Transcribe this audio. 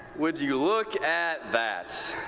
would you look at that?